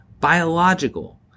biological